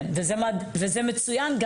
זה מצוין.